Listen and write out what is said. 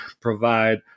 provide